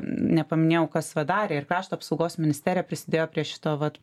nepaminėjau kas va darė ir krašto apsaugos ministerija prisidėjo prie šito vat